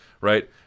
right